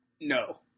no